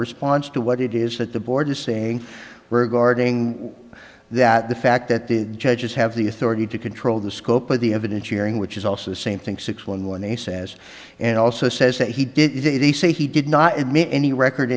response to what it is that the board is saying we're guarding that the fact that the judges have the authority to control the scope of the evidence hearing which is also the same thing six one one a says and also says that he did he say he did not mean any record